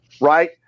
Right